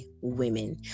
women